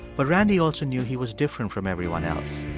but randy also knew he was different from everyone else.